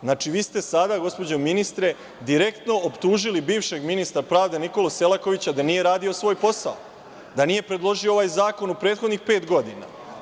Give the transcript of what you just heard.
Znači, vi ste sada gospođo ministre, direktno optužili bivšeg ministra pravde Nikolu Selakovića da nije radio svoj posao, da nije predložio ovaj zakon u prethodnih pet godina.